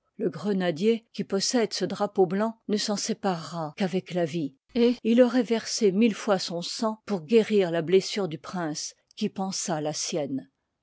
le grenadier qui possède ce drapeau blanc ne s'en séparera qu'avec la vie et il auroit versé mille fois son sang pour guérir la blessure du prince qui pansa la sienne